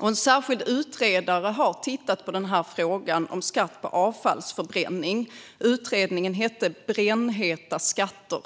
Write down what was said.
En särskild utredare har tittat på frågan om skatt på avfallsförbränning. Utredningen hette Brännheta skatter .